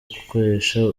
gukoresha